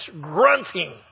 grunting